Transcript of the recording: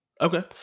Okay